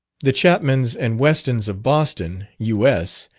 the chapmans and westons of boston, u s,